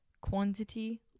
quantity